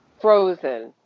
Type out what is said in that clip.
frozen